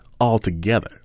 altogether